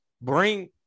bring